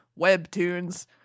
Webtoons